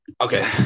Okay